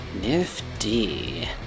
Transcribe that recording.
Nifty